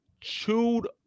chewed